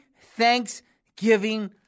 thanksgiving